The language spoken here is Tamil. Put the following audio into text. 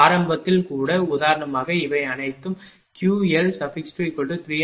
ஆரம்பத்தில் கூட உதாரணமாக இவை அனைத்தும் QL2300 kVAr0